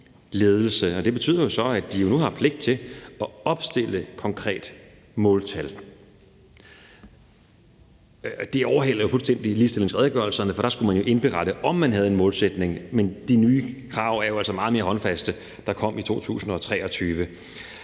ledelse, og det betyder så, at de nu har pligt til at opstille konkrete måltal. Det overhaler fuldstændig ligestillingsredegørelserne, for der skulle man jo indberette, om man havde en målsætning, men de nye krav, der kom i 2023,